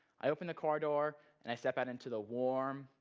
i open the car door and i step out into the warm,